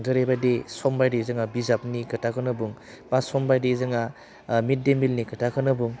जेरैबायदि सम बायदि जोङो बिजाबनि खोथाखौनो बुं बा समबायदि जोंहा मिद दे मिल नि खोथाखौनो बुं